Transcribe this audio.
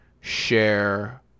share